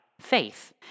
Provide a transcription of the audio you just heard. faith